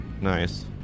Nice